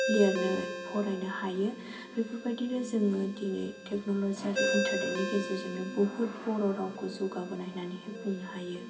लिरनो फरायनो हायो बेफोरबायदिनो जों दिनै टेक्न'लजि आरो इन्टारनेटनि गेजेरजोंनो बहुद बर' रावखौ जौगाबोनाय होननानै बुंनो हायो